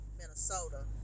Minnesota